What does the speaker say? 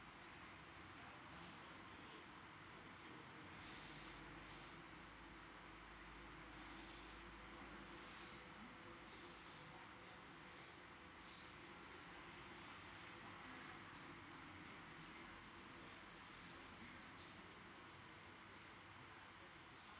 okay